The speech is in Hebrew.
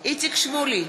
איציק שמולי,